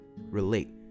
relate